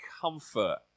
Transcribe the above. comfort